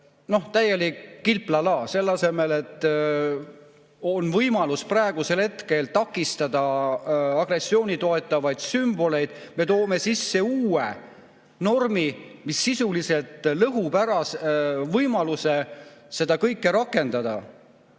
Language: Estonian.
täielik Kilplala. Selle asemel, et praegusel hetkel takistada agressiooni toetavaid sümboleid, me toome sisse uue normi, mis sisuliselt lõhub ära võimaluse seda kõike rakendada.